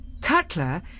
Cutler